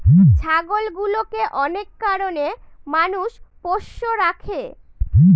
ছাগলগুলোকে অনেক কারনে মানুষ পোষ্য রাখে